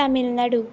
Tamil Nadu